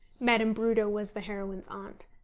madame brudo was the heroine's aunt.